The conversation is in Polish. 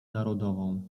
narodową